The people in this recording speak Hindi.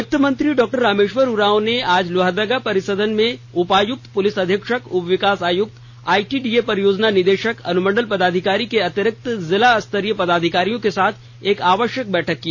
वित्त मंत्री डॉ रामेश्वर उरांव ने आज लोहरदगा परिसदन में उपायुक्त पुलिस अधीक्षक उप विकास आयुक्त आईटीडीए परियोजना निदेशक अनुमण्डल पदाधिकारी के अतिरिक्त जिला स्तरीय पदाधिकारियो के साथ एक आवश्यक बैठक की